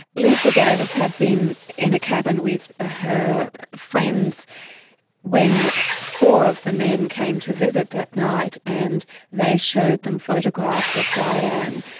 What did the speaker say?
lisa davis had been in a cabin with ah her friends when four of the men came to visit that night, and they showed them photographs of dianne,